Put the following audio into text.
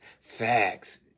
facts